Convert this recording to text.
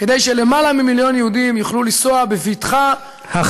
כדי שלמעלה ממיליון יהודים יוכלו לנסוע בבטחה ובנחת,